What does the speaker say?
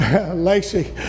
Lacey